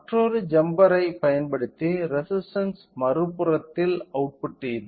மற்றொரு ஜம்பரைப் பயன்படுத்தி ரெசிஸ்டன்ஸ் மறுபுறத்தில் அவுட்புட் இது